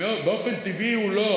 באופן טבעי הוא לא.